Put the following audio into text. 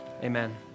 Amen